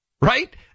Right